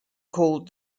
called